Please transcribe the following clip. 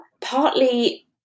partly